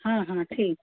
हाँ हाँ ठीक